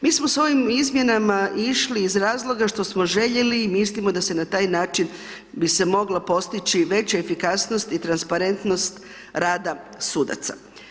Mi smo s ovim izmjenama išli iz razloga što smo željeli i mislimo da se na taj način bi se mogla postići veća efikasnost i transparentnost rada sudaca.